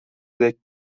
dek